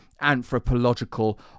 anthropological